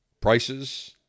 prices